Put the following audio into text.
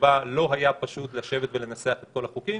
שבה לא היה פשוט לשבת ולנסח את כל החוקים.